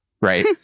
right